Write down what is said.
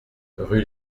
rue